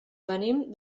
venim